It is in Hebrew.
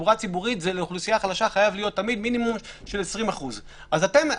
לאוכלוסייה חלשה וחייב להיות מינימום של 20% תמיד.